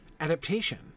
adaptation